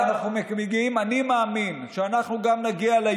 הסטודנטים שמתחילים